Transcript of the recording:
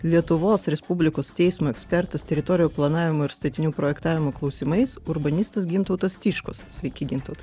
lietuvos respublikos teismo ekspertas teritorijų planavimo ir statinių projektavimo klausimais urbanistas gintautas tiškus sveiki gintautai